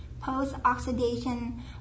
Post-oxidation